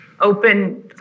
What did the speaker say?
open